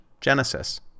Genesis